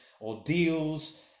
ordeals